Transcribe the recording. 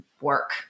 work